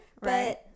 right